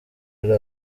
ari